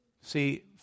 See